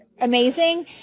amazing